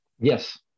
Yes